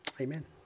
Amen